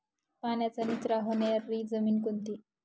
पाण्याचा निचरा होणारी जमीन कोणती?